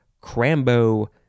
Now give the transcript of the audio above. crambo